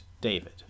David